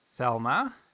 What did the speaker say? Thelma